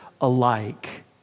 alike